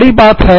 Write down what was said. बड़ी बात है